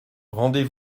rendez